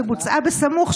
שבוצעה בסמוך,